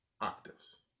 octaves